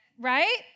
right